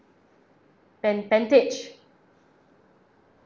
pan~ pantage